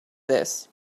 this